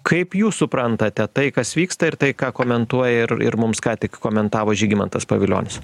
kaip jūs suprantate tai kas vyksta ir tai ką komentuoja ir ir mums ką tik komentavo žygimantas pavilionis